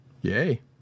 yay